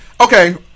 okay